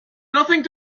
nothing